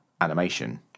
animation